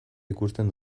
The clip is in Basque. ikusten